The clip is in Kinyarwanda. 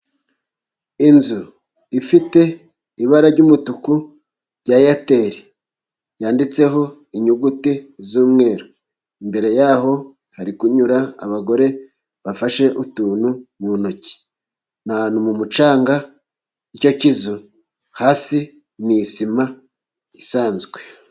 Inzu ifite ibara ry'umutuku rya eyateli yanditseho inyuguti z'umweru, imbere yaho hari kunyura abagore bafashe utuntu mu ntoki, ni ahantu mu mucanga icyo kizu hasi ni isima isanzwe.